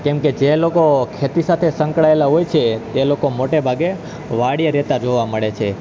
કેમકે જે લોકો ખેતી સાથે સંકળાએલા હોય છે તે લોકો મોટે ભાગે વાડીએ રહેતા જોવા મળે છે